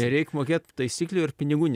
nereik mokėt taisyklių ir pinigų ne